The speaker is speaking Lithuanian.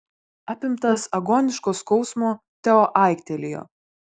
apimtas agoniško skausmo teo aiktelėjo